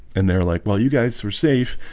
and they're like well you guys are safe.